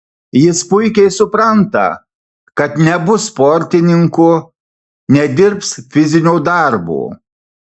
jis puikiai supranta kad nebus sportininku nedirbs fizinio darbo